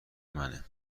منه